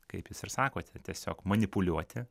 kaip jūs ir sakote tiesiog manipuliuoti